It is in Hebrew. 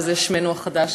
וזה שמנו החדש,